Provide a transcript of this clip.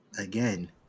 again